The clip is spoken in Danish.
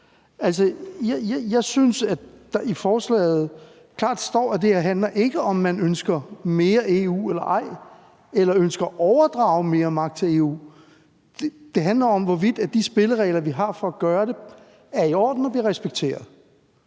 Jeg synes, at der i forslaget klart står, at det her ikke handler om, hvorvidt man ønsker mere EU eller ej, eller om man ønsker at overdrage mere magt til EU. Det handler om, hvorvidt de spilleregler, vi har for at gøre det, er i orden og bliver respekteret.